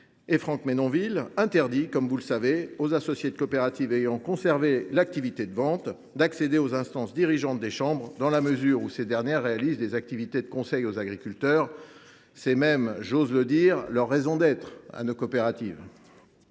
et Franck Menonville – interdit aux associés des coopératives ayant conservé l’activité de vente d’accéder aux instances dirigeantes des chambres, dans la mesure où ces dernières réalisent des activités de conseil aux agriculteurs – c’est même, j’ose le dire, leur raison d’être ! Dans les faits,